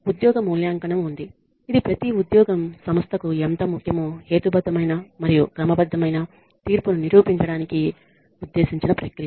ఉద్యోగ మూల్యాంకనం ఉంది ఇది ప్రతి ఉద్యోగం సంస్థకు ఎంత ముఖ్యమో హేతుబద్ధమైన మరియు క్రమబద్ధమైన తీర్పును నిరూపించడానికి ఉద్దేశించిన ప్రక్రియ